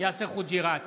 יאסר חוג'יראת,